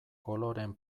koloreen